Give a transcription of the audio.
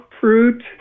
fruit